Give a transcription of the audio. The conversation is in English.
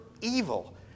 evil